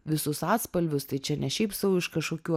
visus atspalvius tai čia ne šiaip sau iš kažkokių